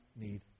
need